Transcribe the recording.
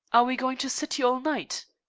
are we going to sit here all night?